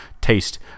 taste